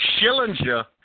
Schillinger